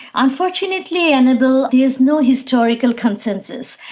unfortunately, annabelle, there is no historical consensus.